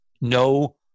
No